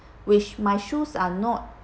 which my shoes are not